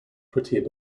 pretty